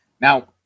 Now